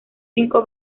cinco